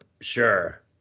sure